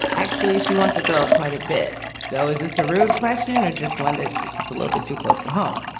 actually, she wants a girl quite a bit. so is this a rude question or just one that just sits a little bit too close to home?